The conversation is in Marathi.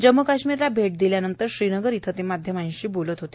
जम्मू काश्मीरला भेट दिल्यानंतर श्रीवगर इथं ते माध्यमांशी बोलत होते